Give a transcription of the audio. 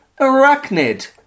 arachnid